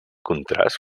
contrast